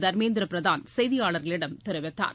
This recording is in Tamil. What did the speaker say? தர்மேந்திர பிரதான் செய்தியாளர்களிடம் தெரிவித்தார்